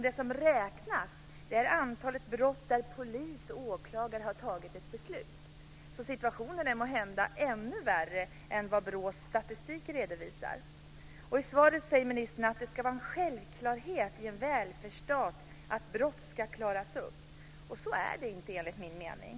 Det som räknas är antalet brott där polis och åklagare har tagit ett beslut. Situationen är alltså kanske ännu värre än vad BRÅ:s statistik visar. I svaret säger ministern att det ska vara en självklarhet i en välfärdsstat att brott ska klaras upp. Så är det inte, enligt min mening.